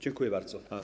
Dziękuję bardzo.